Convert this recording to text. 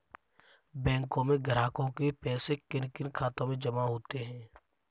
बैंकों में ग्राहकों के पैसे किन किन खातों में जमा होते हैं?